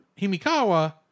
Himikawa